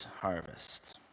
harvest